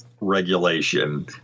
regulation